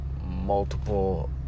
Multiple